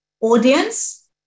audience